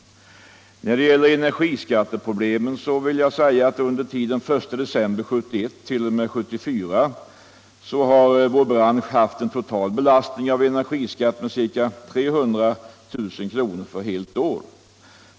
När det gäller energiskatteproblemet vill jag konstatera att under tiden den 1 december 1971 t.o.m. år 1974 har vår bransch haft en total belastning av energiskatt med ca 300 000 kr. för helt år.